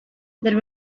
there